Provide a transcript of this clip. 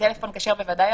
לטלפון כשר בוודאי,